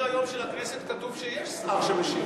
בסדר-היום של הכנסת כתוב שיש שר שמשיב.